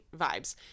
vibes